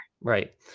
Right